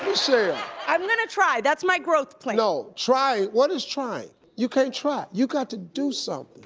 michelle. i'm gonna try, that's my growth plan. no, try, what is trying? you can't try. you got to do something.